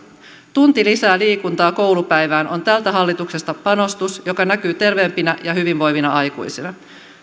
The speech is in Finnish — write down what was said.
tunti lisää liikuntaa koulupäivään on tältä hallitukselta panostus joka näkyy terveempinä ja hyvinvoivina aikuisina